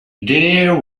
there